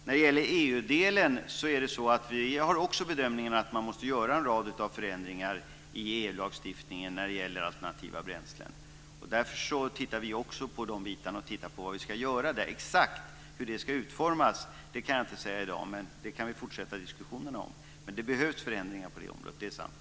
När det gäller EU-delen gör också vi bedömningen att man måste göra en rad förändringar i EU lagstiftningen om alternativa bränslen. Därför tittar vi också på de bitarna och ser vad vi ska göra. Exakt hur det ska utformas kan jag inte säga i dag, men det kan vi fortsätta diskussionerna om. Det behövs förändringar på det området - det är sant.